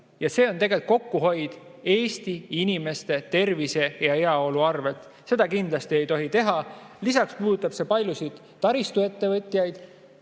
See on tegelikult kokkuhoid Eesti inimeste tervise ja heaolu arvel. Seda kindlasti ei tohi teha. Lisaks puudutab see paljusid taristuettevõtjaid.